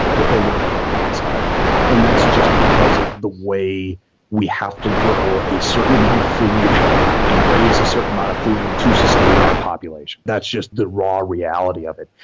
but they will never be outside and that's just because of the way we have to grow a certain amount of food and raise a certain amount of food to sustain our population. that's just the raw reality of it.